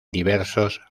diversos